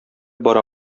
бара